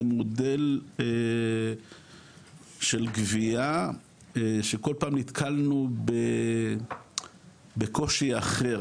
מודל של גבייה שכל פעם נתקלנו בקושי אחר,